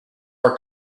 our